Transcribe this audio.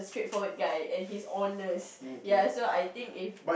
straightforward guy and he's honest ya so I think if